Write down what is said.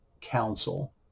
Council